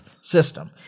system